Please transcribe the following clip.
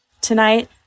Tonight